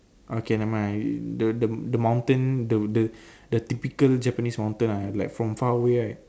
okay never mind the the the mountain the the the typical Japanese mountain ah like from far away right